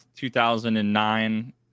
2009